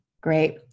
Great